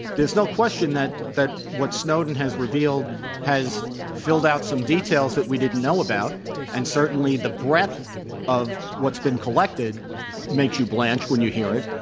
there's no question that that what snowden has revealed has filled out some details that we didn't know about and certainly the breadth of what's been collected makes you blanch when you hear it.